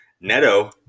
Neto